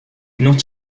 not